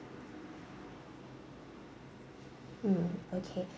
mm okay